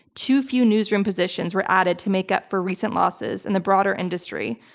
too few newsroom positions were added to make up for recent losses in the broader industry,